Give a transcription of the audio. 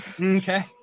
Okay